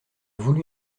voulu